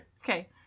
Okay